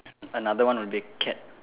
another one will be cat